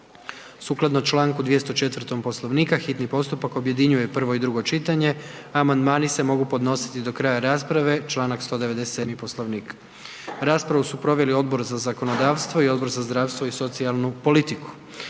Sukladno Članku 204. Poslovnika hitni postupak objedinjuje prvo i drugo čitanje, a amandmani se mogu podnositi do kraja rasprave Članak 197. Poslovnika. Raspravu su proveli Odbor za zakonodavstvo i Odbor za zdravstvo i socijalnu politiku.